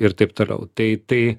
ir taip toliau tai tai